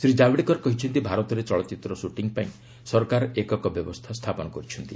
ଶ୍ରୀ ଜାବ୍ଡେକର କହିଛନ୍ତି ଭାରତରେ ଚଳଚ୍ଚିତ୍ର ଶ୍ରଟିଂ ପାଇଁ ସରକାର ଏକକ ବ୍ୟବସ୍ଥା ସ୍ଥାପନ କରିଛନ୍ତି